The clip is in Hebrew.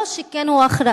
לא שהוא כן אחראי,